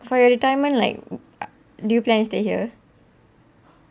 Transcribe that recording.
for your retirement like do you plan to stay here